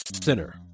sinner